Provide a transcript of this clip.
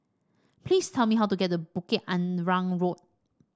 please tell me how to get to Bukit Arang Road